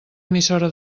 emissora